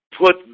put